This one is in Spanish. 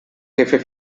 jefe